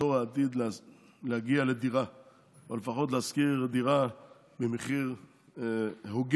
ודור העתיד להגיע לדירה או לפחות לשכור דירה במחיר הוגן.